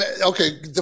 okay